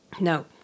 No